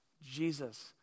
Jesus